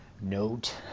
note